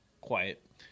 quiet